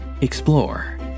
Explore